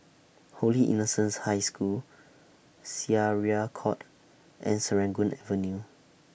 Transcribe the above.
Holy Innocents' High School Syariah Court and Serangoon Avenue